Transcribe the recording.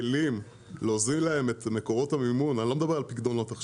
כלים להוזיל להם את מקורות המימון אני לא מדבר עכשיו על פיקדונות.